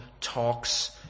talks